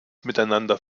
miteinander